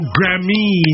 Grammy